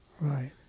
Right